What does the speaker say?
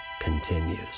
continues